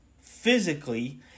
physically